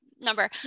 number